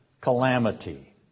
calamity